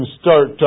start